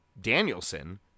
Danielson